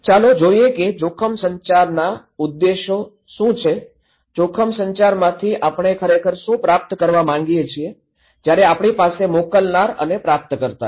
ચાલો જોઈએ કે જોખમ સંચારનાં ઉદ્દેશો શું છે જોખમ સંચારમાંથી આપણે ખરેખર શું પ્રાપ્ત કરવા માંગીએ છીએ જ્યાં આપણી પાસે મોકલનાર અને પ્રાપ્તકર્તા છે